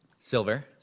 Silver